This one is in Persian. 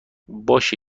باشه